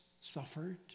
suffered